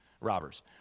robbers